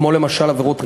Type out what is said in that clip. כמו למשל עבירות ריגול,